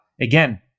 again